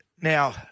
Now